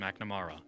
McNamara